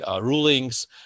rulings